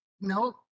no